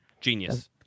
genius